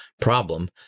problem